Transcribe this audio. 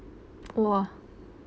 !wah!